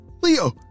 Leo